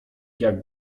jak